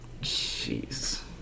Jeez